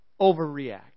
overreact